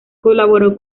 colaboró